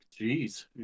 Jeez